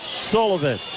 Sullivan